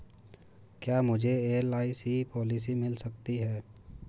क्या मुझे LIC policy मिल सकती है?